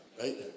Right